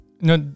No